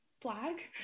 flag